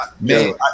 Man